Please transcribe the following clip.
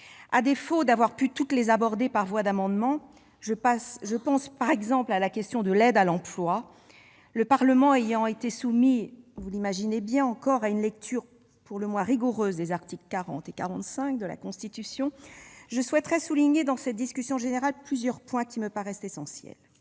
À défaut d'avoir pu toutes les aborder par voie d'amendements- je pense par exemple à la question de l'aide à l'emploi -, le Parlement ayant encore été soumis, vous l'imaginez bien, à une interprétation pour le moins rigoureuse des articles 40 et 45 de la Constitution, je souhaiterais souligner, dans le cadre de cette discussion générale, plusieurs points qui me paraissent essentiels.